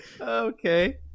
Okay